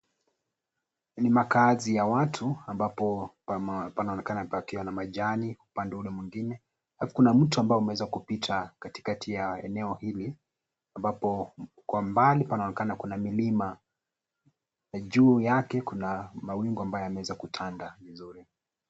Ni makaazi ya watu ambapo panaonekana pakiwa na majani upande ule mwingine. Alafu kuna mto umeweza kupita katikati ya eneo hili ambapo kwa mbali panaonekana kuna milima. Juu yake kuna mawingu ambayo yameweza kutanda vizuri.